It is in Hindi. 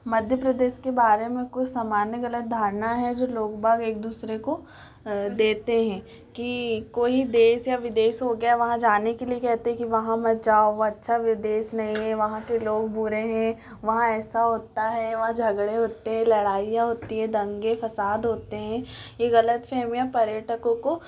मध्य प्रदेश के बारे में कुछ सामान्य गलत धारणा हैं जो लोगबाग एक दूसरे को देते हैं कि कोई देश या विदेश हो गया वहाँ जाने के लिए कहते कि वहाँ मत जाओ वो अच्छा विदेश नहीं है वहाँ के लोग बुरे हैं वहाँ ऐसा होता है वहाँ झगड़े होते हैं लड़ाइयाँ होती हैं दंगे फसाद होते हैं ये गलत फेहमियाँ पर्यटकों को